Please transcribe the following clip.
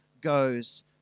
goes